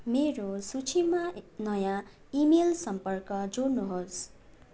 मेरो सूचीमा नयाँ इमेल सम्पर्क जोड्नुहोस्